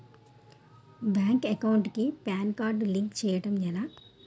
Bank account కి PAN card link చేయడం ఎలా?